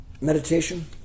meditation